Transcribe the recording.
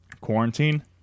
quarantine